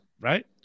right